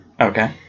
Okay